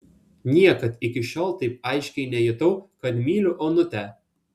niekad iki šiol taip aiškiai nejutau kad myliu onutę